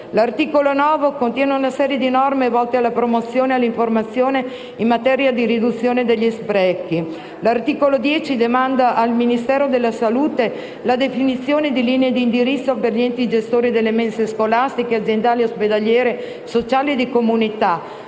L'articolo 9 contiene una serie di norme volte alla promozione e all'informazione in materia di riduzione degli sprechi. L'articolo 10 demanda al Ministero della salute la definizione di linee di indirizzo per gli enti gestori di mense scolastiche, aziendali, ospedaliere, sociali e di comunità.